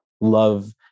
love